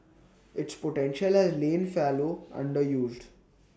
its potential has lain fallow underused